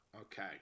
okay